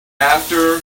after